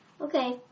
Okay